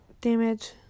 damage